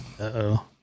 Uh-oh